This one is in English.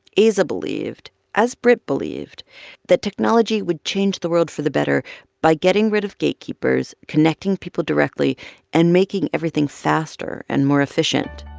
aza believed as britt believed that technology would change the world for the better by getting rid of gatekeepers, connecting people directly and making everything faster and more efficient.